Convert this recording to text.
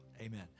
Amen